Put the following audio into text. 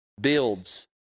builds